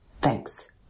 Thanks